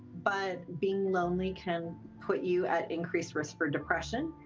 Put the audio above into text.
but being lonely can put you at increased risk for depression.